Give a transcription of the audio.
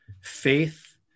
faith